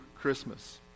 Christmas